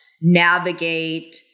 navigate